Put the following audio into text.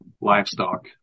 livestock